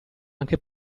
anche